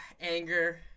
anger